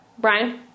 Brian